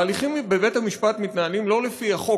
ההליכים בבית-המשפט מתנהלים לא לפי החוק